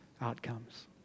outcomes